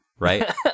right